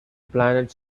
planet